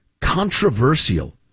controversial